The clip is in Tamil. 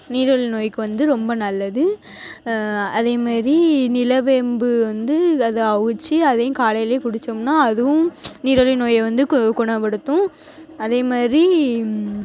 நீரிழிவு நோய்க்கு வந்து ரொம்ப நல்லது அதேமாரி நிலவேம்பு வந்து அதை அவிச்சி அதையும் காலையிலேயே குடித்தோம்னா அதுவும் நீரிழிவு நோயை வந்து குணப்படுத்தும் அதேமாதிரி